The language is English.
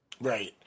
Right